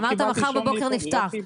אמרת: מחר בבוקר נפתח.